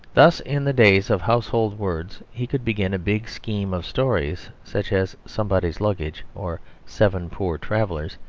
thus in the days of household words he could begin a big scheme of stories, such as somebody's luggage, or seven poor travellers,